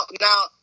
now